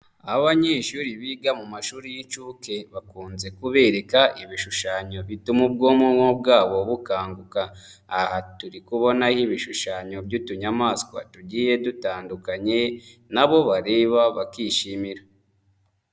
Aba abanyeshuri biga mu mashuri y'incuke bakunze kubereka ibishushanyo bituma ubwonko nku bwabo bukanguka, aha turi kubonaho ibishushanyo by'utunyamaswa tugiye dutandukanye nabo bareba bakishimira.